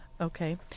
Okay